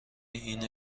این